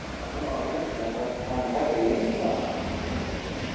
اَدٕ وَلہٕ وۅنۍ کیٚنٛہہ تَنخواہ تٔرِن تہٕ گَژھو وۅنۍ کیٛاہ پرواے چھُ